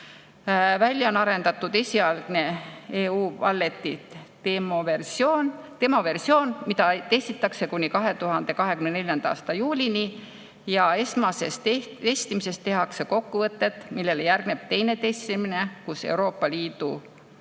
Välja on arendatud esialgne EU Walleti demoversioon, mida testitakse kuni 2024. aasta juulini. Esmasest testimisest tehakse kokkuvõtted, millele järgneb teine testimine, kus Euroopa Liidu